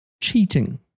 cheating